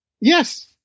Yes